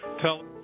tell